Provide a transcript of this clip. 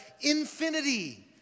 infinity